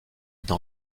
dans